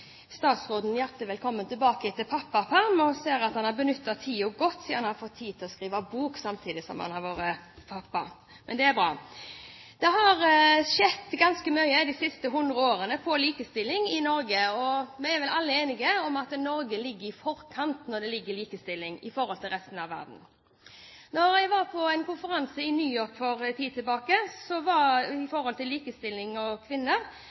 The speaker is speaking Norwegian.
statsråden hjertelig velkommen tilbake etter pappaperm, og ser at han har benyttet tiden godt, siden han har fått tid til å skrive bok samtidig som han har vært pappa. Men det er bra. Det har skjedd ganske mye de siste hundre årene når det gjelder likestilling i Norge, og vi er vel alle enige om at Norge ligger i forkant når det gjelder likestilling i forhold til resten av verden. Da jeg var på en konferanse i New York for en tid tilbake om likestilling og kvinner,